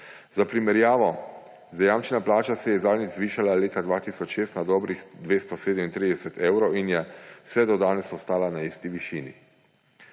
Za primerjavo, zajamčena plača se je zadnjič zvišala leta 2006 na dobrih 237 evrov in je vse do danes ostala na isti višini.